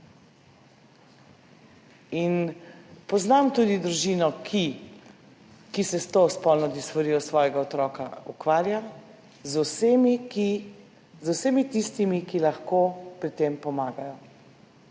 Poznam tudi družino, ki se s spolno disforijo svojega otroka ukvarja z vsemi tistimi, ki lahko pomagajo